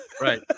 Right